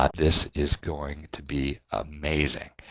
ah this is going to be amazing.